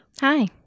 Hi